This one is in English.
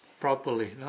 properly